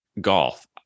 golf